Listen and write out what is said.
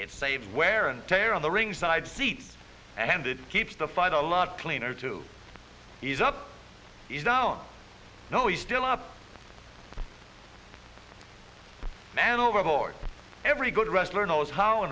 it saves wear and tear on the ringside seats and it keeps the fight a lot cleaner to ease up is down no it's still up man overboard every good wrestler knows how